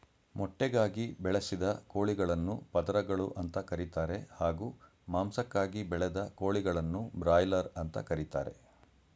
ಮೊಟ್ಟೆಗಾಗಿ ಬೆಳೆಸಿದ ಕೋಳಿಗಳನ್ನು ಪದರಗಳು ಅಂತ ಕರೀತಾರೆ ಹಾಗೂ ಮಾಂಸಕ್ಕಾಗಿ ಬೆಳೆದ ಕೋಳಿಗಳನ್ನು ಬ್ರಾಯ್ಲರ್ ಅಂತ ಕರೀತಾರೆ